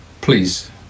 Please